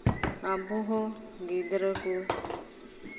ᱟᱵᱚ ᱦᱚᱸ ᱜᱤᱫᱽᱨᱟᱹ ᱠᱚ